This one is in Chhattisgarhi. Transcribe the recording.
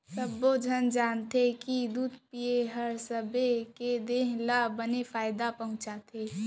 सब्बो झन जानथें कि दूद पिए हर सबे के देह ल बने फायदा पहुँचाथे